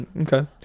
okay